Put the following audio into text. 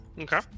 Okay